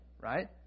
right